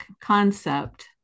concept